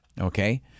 okay